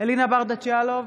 אלינה ברדץ' יאלוב,